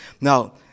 Now